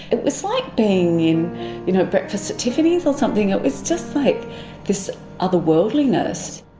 it was like being in you know breakfast at tiffany's or something, it was just like this otherworldliness.